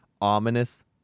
ominous